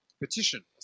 petition